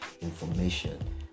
information